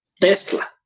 Tesla